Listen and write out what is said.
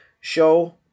show